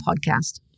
podcast